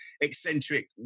eccentric